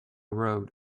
road